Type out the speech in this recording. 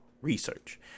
research